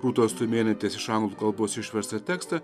rūtos tumėnaitės iš anglų kalbos išverstą tekstą